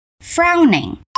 frowning